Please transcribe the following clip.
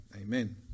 Amen